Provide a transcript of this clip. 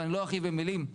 ואני לא ארחיב במילים,